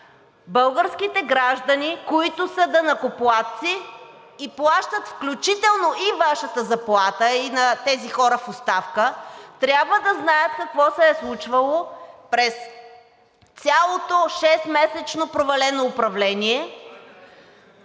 Българските граждани, които са данъкоплатци и плащат включително и Вашата заплата, и на тези хора в оставка, трябва да знаят какво се е случвало през цялото шестмесечно провалено управление…